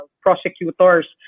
prosecutors